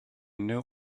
new